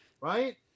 right